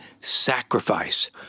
sacrifice